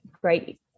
great